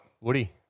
Woody